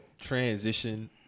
transition